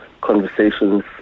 conversations